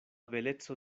beleco